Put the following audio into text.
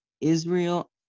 Israel